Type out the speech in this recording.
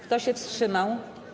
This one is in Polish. Kto się wstrzymał?